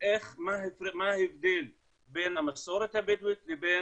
להסביר מה ההבדל בין המסורת הבדואית לבין